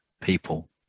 people